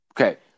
Okay